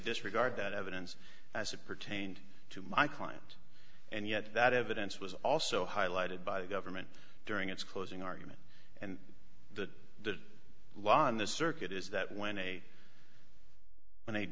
disregard that evidence as it pertained to my client and yet that evidence was also highlighted by the government during its closing argument and the law in the circuit is that when a when